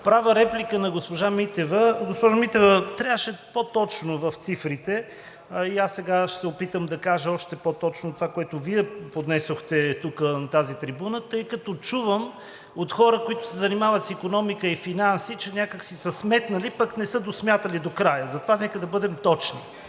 Правя реплика на госпожа Митева. Госпожо Митева, трябваше по-точно в цифрите и аз сега ще се опитам да кажа още по-точно това, което Вие поднесохте тук от тази трибуна, тъй като чувам от хора, които се занимават с икономика и финанси, че някак си са сметнали, пък не са досмятали докрай. Затова нека да бъдем точни